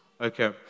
Okay